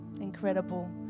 Incredible